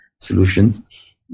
solutions